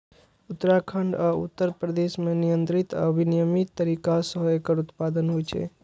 उत्तराखंड आ उत्तर प्रदेश मे नियंत्रित आ विनियमित तरीका सं एकर उत्पादन होइ छै